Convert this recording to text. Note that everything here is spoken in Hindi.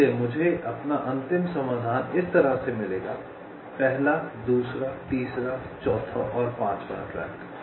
इसलिए मुझे अपना अंतिम समाधान इस तरह से मिलेगा पहला दूसरा तीसरा चौथा और पाँचवाँ ट्रैक